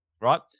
right